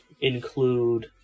include